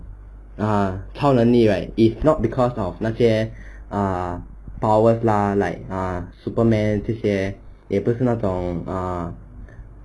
ah 超能力 right is not because of 那些 uh power lah like ah superman 这些也不是那种 uh